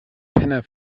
penner